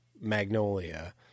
Magnolia